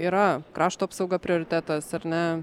yra krašto apsauga prioritetas ar ne